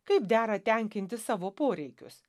kaip dera tenkinti savo poreikius